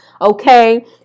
okay